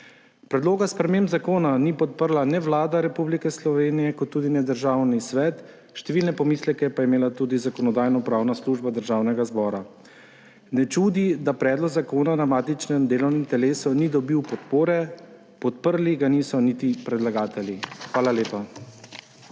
Predloga sprememb zakona nista podprla ne Vlada Republike Slovenije ne Državni svet, številne pomisleke je imela tudi Zakonodajno-pravna služba Državnega zbora. Ne čudi, da predlog zakona na matičnem delovnem telesu ni dobil podpore, podprli ga niso niti predlagatelji. Hvala lepa.